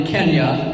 Kenya